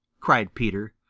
cried peter.